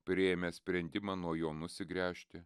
priėmę sprendimą nuo jo nusigręžti